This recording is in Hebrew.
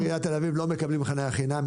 עובדי עיריית תל אביב לא מקבלים חנייה חינם.